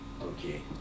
Okay